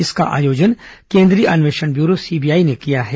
इसका आयोजन केंद्रीय अन्वेषण ब्यूरो सीबीआई ने किया है